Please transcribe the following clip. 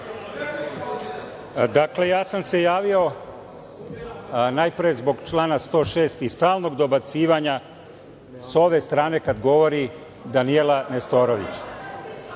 Dakle, ja sam se javio najpre zbog člana 106. i stalnog dobacivanja sa ove strane kad govori Danijela Nestorović.